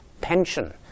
pension